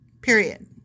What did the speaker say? Period